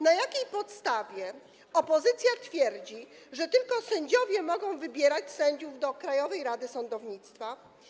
Na jakiej podstawie opozycja twierdzi, że tylko sędziowie mogą wybierać sędziów do Krajowej Rady Sądownictwa?